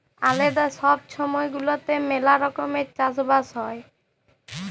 আলেদা ছব ছময় গুলাতে ম্যালা রকমের চাষ বাস হ্যয়